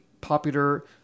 popular